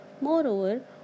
Moreover